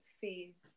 phase